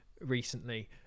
recently